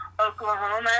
Oklahoma